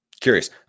Curious